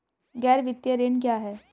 गैर वित्तीय ऋण क्या है?